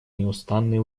неустанные